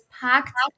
packed